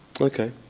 Okay